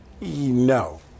No